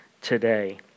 today